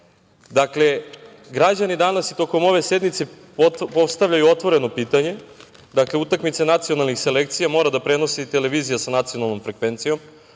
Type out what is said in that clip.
Božić. Dakle, građani danas i tokom ove sednice postavljaju otvoreno pitanje. Dakle, utakmice nacionalnih selekcija mora da prenosi televizija sa nacionalnom frekvencijom,